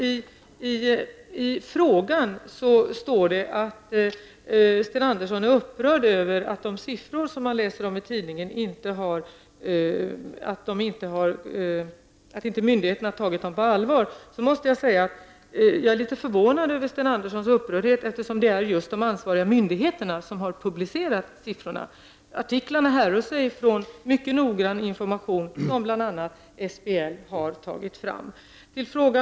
I frågan står det att Sten Andersson är upprörd över att de siffror som man kan läsa om i tidningen inte har tagits på allvar av myndigheterna. Jag vill påstå att jag är något förvånad över Sten Anderssons upprördhet, eftersom det just är de ansvariga myndigheterna som har publicerat dessa siffror. Artiklarna grundar sig på mycket noggrann information som bl.a. SBL har tagit fram.